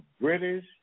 British